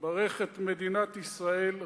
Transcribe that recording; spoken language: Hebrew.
ברך את מדינת ישראל,